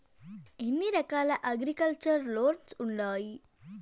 ఎన్ని రకాల agriculture loans ఉండాయి